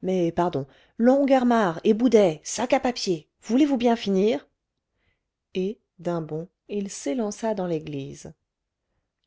mais pardon longuermarre et boudet sac à papier voulez-vous bien finir et d'un bond il s'élança dans l'église